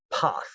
path